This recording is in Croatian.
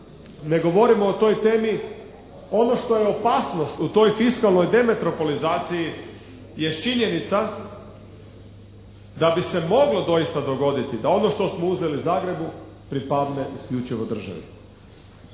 ne govorimo o toj temi. Ono što je opasnost u toj fiskalnoj demetropolizaciji jest činjenica da i se moglo doista dogoditi da ono što smo uzeli Zagrebu pripadne isključivo državi.